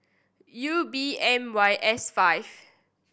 U B M Y S five